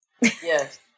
Yes